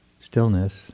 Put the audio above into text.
stillness